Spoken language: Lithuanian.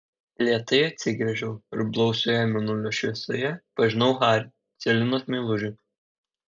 lėtai atsigręžiau ir blausioje mėnulio šviesoje pažinau harį celinos meilužį